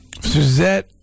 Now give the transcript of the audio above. Suzette